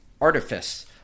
artifice